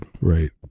Right